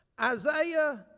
Isaiah